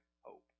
hope